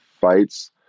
fights